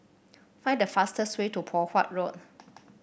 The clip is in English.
find the fastest way to Poh Huat Road